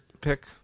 pick